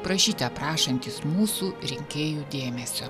prašyte prašantys mūsų rinkėjų dėmesio